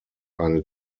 eine